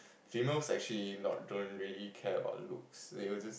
females actually not don't really care about looks they will just